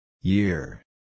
Year